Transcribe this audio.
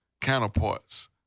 counterparts